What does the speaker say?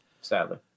sadly